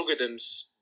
algorithms